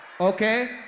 Okay